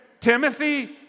Timothy